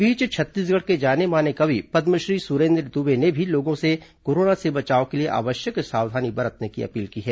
इस बीच छत्तीसगढ़ के जाने माने कवि पद्मश्री सुरेन्द्र दुबे ने भी लोगों से कोरोना से बचाव के लिए आवश्यक सावधानी बरतने की अपील की है